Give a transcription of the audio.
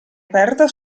aperta